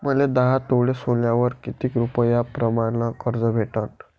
मले दहा तोळे सोन्यावर कितीक रुपया प्रमाण कर्ज भेटन?